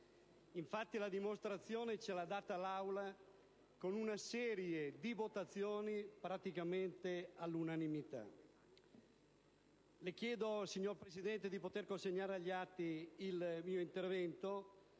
Infatti, la dimostrazione ce l'ha data l'Aula con una serie di votazioni praticamente all'unanimità. Le chiedo, signor Presidente, di poter lasciare agli atti il mio intervento,